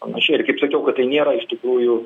panašiai ir kaip sakiau kad tai nėra iš tikrųjų